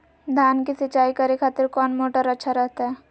धान की सिंचाई करे खातिर कौन मोटर अच्छा रहतय?